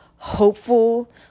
hopeful